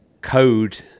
code